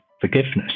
forgiveness